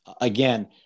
again